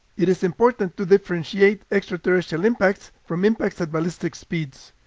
it is important to differentiate extraterrestrial impacts from impacts at ballistic speeds.